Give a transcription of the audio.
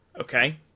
Okay